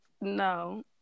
no